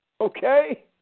Okay